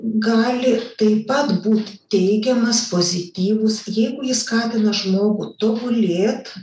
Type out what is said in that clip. gali taip pat būt teigiamas pozityvus jeigu jis skatina žmogų tobulėt